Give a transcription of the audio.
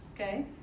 Okay